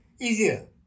easier